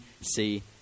see